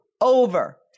over